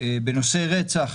בנושא רצח,